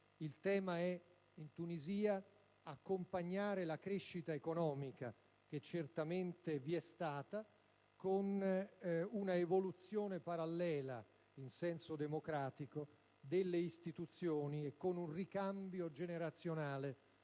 L'obiettivo è accompagnare la crescita economica, che certamente vi è stata, con un'evoluzione parallela, in senso democratico, delle istituzioni e con un ricambio generazionale